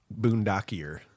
Boondockier